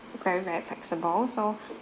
very very flexible so